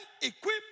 equip